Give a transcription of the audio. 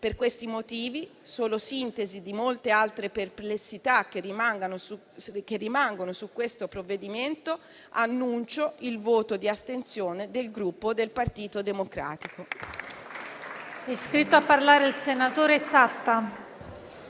Per questi motivi, solo sintesi di molte altre perplessità che rimangono su questo provvedimento, annuncio il voto di astensione del Gruppo Partito Democratico.